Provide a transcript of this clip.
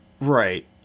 Right